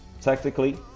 tactically